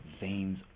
veins